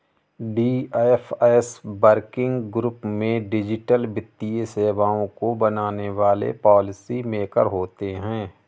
DFS working group में digital वित्तीय सेवाओं को बनाने वाले पॉलिसी मेकर होते हैं